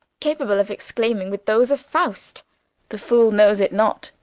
capable of exclaiming with those of faust the fool knows it not!